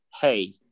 hey